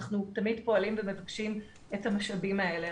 אנחנו תמיד פועלים ומבקשים את המשאבים האלה.